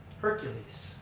hercules.